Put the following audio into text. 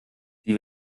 sie